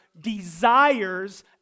desires